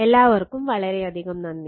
എല്ലാവർക്കും വളരെയധികം നന്ദി